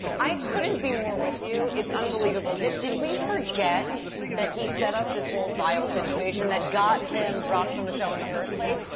i couldn't be more with you, it's unbelievable. did did we forget that he set up this whole vile situation that got him dropped from the show in the first place?